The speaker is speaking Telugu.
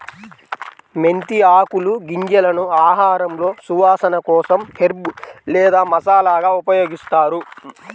మెంతి ఆకులు, గింజలను ఆహారంలో సువాసన కోసం హెర్బ్ లేదా మసాలాగా ఉపయోగిస్తారు